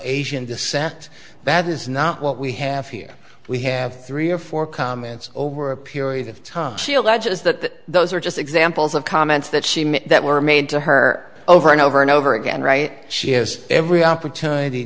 asian descent that is not what we have here we have three or four comments over a period of time she alleges that those are just examples of comments that she made that were made to her over and over and over again right she has every opportunity